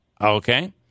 Okay